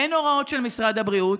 אין הוראות של משרד הבריאות.